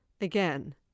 Again